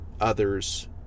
others